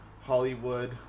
Hollywood